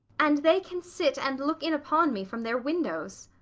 and they can sit and look in upon me from their windows.